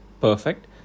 perfect